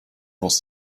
was